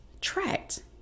tracked